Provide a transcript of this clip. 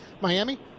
Miami